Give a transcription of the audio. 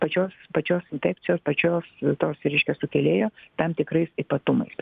pačios pačios infekcijos pačios tos reiškia sukėlėjo tam tikrais ypatumais